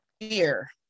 fear